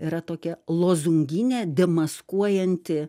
yra tokia lozunginė demaskuojanti